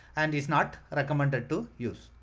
and it's not recommended to use.